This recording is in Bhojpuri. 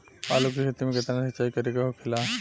आलू के खेती में केतना सिंचाई करे के होखेला?